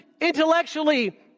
intellectually